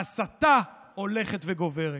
ההסתה הולכת וגוברת.